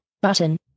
button